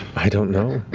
i don't know.